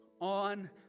on